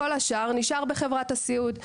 כל השאר נשאר בחברת הסיעוד.